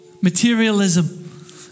Materialism